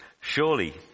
Surely